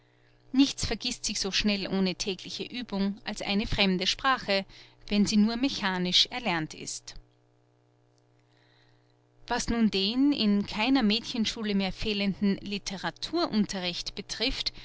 nichts vergißt sich so schnell ohne tägliche uebung als eine fremde sprache wenn sie nur mechanisch erlernt ist was nun den in keiner mädchenschule mehr fehlenden literaturunterricht betrifft